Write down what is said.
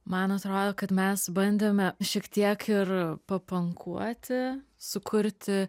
man atrodo kad mes bandėme šiek tiek ir papankuoti sukurti